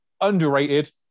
underrated